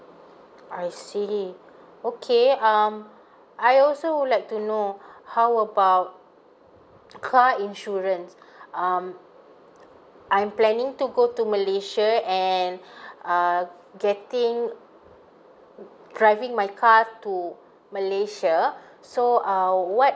I see okay um I also would like to know how about car insurance um I'm planning to go to malaysia and err getting driving my car to malaysia so uh what